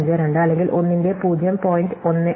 52 അല്ലെങ്കിൽ 1 ന്റെ 0